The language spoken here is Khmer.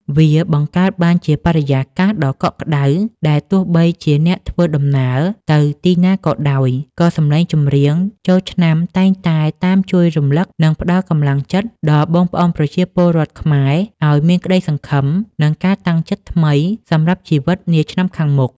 វាបង្កើតបានជាបរិយាកាសដ៏កក់ក្តៅ ដែលទោះបីជាអ្នកធ្វើដំណើរទៅទីណាក៏ដោយ ក៏សម្លេងចម្រៀងចូលឆ្នាំតែងតែតាមជួយរំលឹក និងផ្ដល់កម្លាំងចិត្តដល់បងប្អូនប្រជាពលរដ្ឋខ្មែរឱ្យមានក្តីសង្ឃឹម និងការតាំងចិត្តថ្មីសម្រាប់ជីវិតនាឆ្នាំខាងមុខ។